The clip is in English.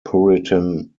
puritan